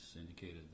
indicated